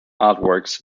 artworks